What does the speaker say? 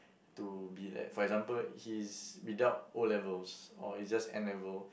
to be that for example he's without O-levels or is just N-level